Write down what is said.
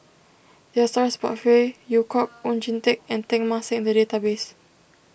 there are stories about Phey Yew Kok Oon Jin Teik and Teng Mah Seng in the database